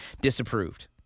disapproved